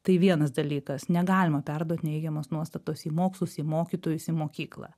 tai vienas dalykas negalima perduot neigiamos nuostatos į mokslus į mokytojus į mokyklą